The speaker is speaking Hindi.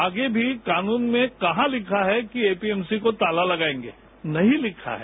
आगे भी कानून में कहां लिखा है कि एपीएमसी को ताला लगाएगे नहीं लिखा है